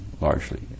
largely